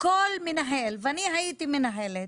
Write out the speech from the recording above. כל מנהל, ואני הייתי מנהלת,